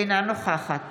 אינה נוכחת